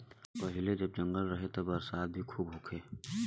पहिले जब जंगल रहे त बरसात भी खूब होखे